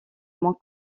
moins